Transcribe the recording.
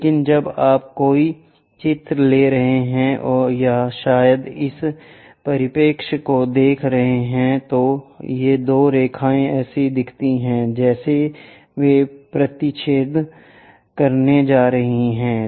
लेकिन जब आप कोई चित्र ले रहे होते हैं या शायद इस परिप्रेक्ष्य को देख रहे होते हैं तो ये दो रेखाएँ ऐसी दिखती हैं जैसे वे प्रतिच्छेद करने जा रही हों